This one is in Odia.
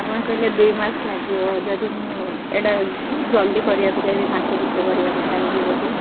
ଆପଣ କହିଲେ ଦୁଇ ମାସ ଲାଗିବ ଯଦି ମୁଁ ଏଇଟା ଜଲ୍ଦି କରିବାକୁ ଚାହିଁବି ମାସ ଭିତରେ କରିବାକୁ ଚାହିଁବି ଯଦି